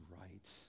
right